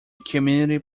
community